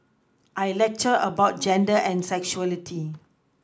I lecture about gender and sexuality